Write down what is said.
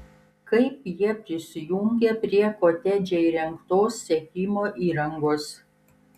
kaip jie prisijungė prie kotedže įrengtos sekimo įrangos